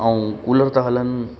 ऐं कूलर था हलनि